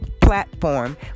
platform